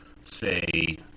say